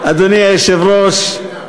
אדוני היושב-ראש,